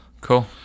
Cool